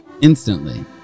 instantly